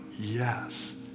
yes